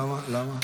למה?